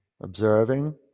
observing